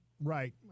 Right